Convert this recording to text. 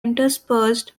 interspersed